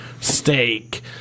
steak